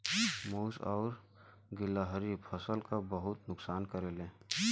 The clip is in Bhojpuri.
मुस और गिलहरी फसल क बहुत नुकसान करेले